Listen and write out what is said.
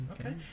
Okay